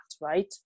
Right